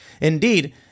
Indeed